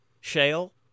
Shale